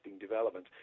development